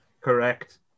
Correct